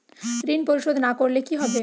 ঋণ পরিশোধ না করলে কি হবে?